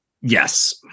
yes